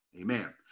amen